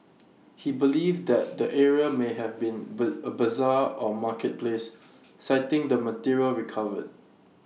he believed that the area may have been ber A Bazaar or marketplace citing the material recovered